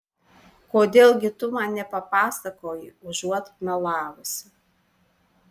kodėl gi tu man nepapasakoji užuot melavusi